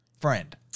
friend